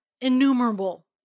innumerable